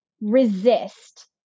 resist